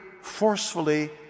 forcefully